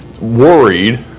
worried